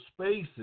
spaces